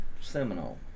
Seminole